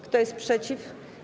Kto jest przeciw?